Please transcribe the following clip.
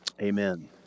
amen